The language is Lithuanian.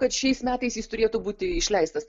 kad šiais metais jis turėtų būti išleistas